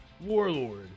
Warlord